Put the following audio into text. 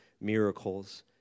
miracles